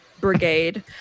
brigade